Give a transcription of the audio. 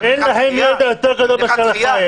אין להם ידע טוב יותר מאשר לנו.